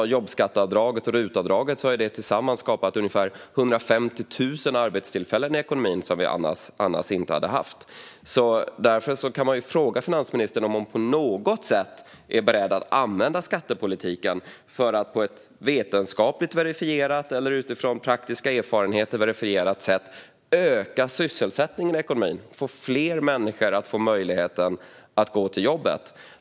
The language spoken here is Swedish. Jobbskatteavdraget och RUT-avdraget har tillsammans skapat 150 000 arbetstillfällen i ekonomin som vi annars inte hade haft. Därför kan man fråga finansministern om hon på något sätt är beredd att använda skattepolitiken för att på ett vetenskapligt verifierat sätt eller utifrån praktiska erfarenheter verifierat sätt öka sysselsättningen i ekonomin och ge fler möjligheten att gå till jobbet.